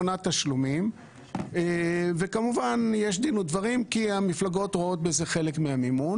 תשלומים וכמובן יש דין ודברים כי המפלגות רואות בזה חלק מהמימון.